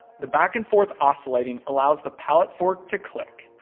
the back and forth oscillating allows the pallet fork to click.